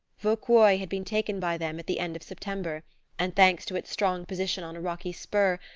vauquois had been taken by them at the end of september and, thanks to its strong position on a rocky spur,